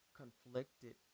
conflicted